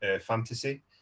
fantasy